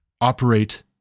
operate